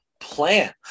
plan